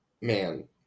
man